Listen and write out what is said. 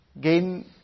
gain